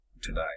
today